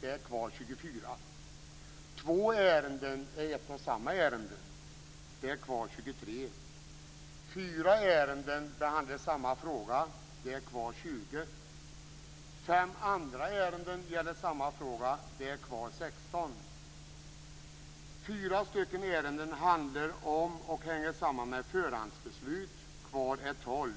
Kvar är 24 ärenden. 2 ärenden är ett och samma ärende. Kvar är 23 ärenden. 4 ärenden behandlar samma fråga. Kvar är 20 ärenden. 5 andra ärenden gäller samma fråga. Kvar är 16 ärenden. 4 ärenden handlar om och hänger samman med förhandsbeslut. Kvar är 12